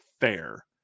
fair